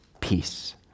peace